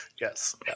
Yes